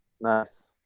nice